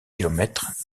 kilomètres